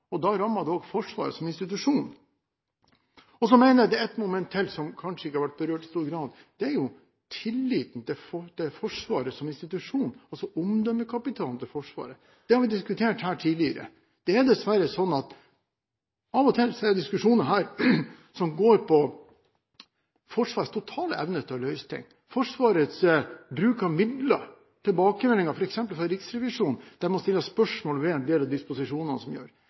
Da rammer det også Forsvaret som institusjon. Jeg mener at det er ett moment til som kanskje ikke har vært berørt i så stor grad. Det er tilliten til Forsvaret som institusjon, altså Forsvarets omdømmekapital. Det har vi diskutert her tidligere. Det er dessverre slik at av og til er det diskusjoner her som går på Forsvarets totale evne til å løse ting – Forsvarets bruk av midler, tilbakemeldinger f.eks. fra Riksrevisjonen, der man stiller spørsmål ved en del av disposisjonene som